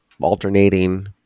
alternating